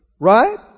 Right